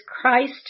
Christ